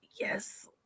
Yes